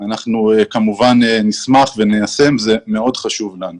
אנחנו כמובן שמח כי זה מאוד חשוב לנו.